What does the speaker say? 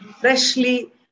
freshly